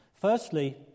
Firstly